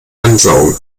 ansaugen